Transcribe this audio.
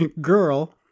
Girl